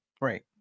Right